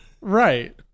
Right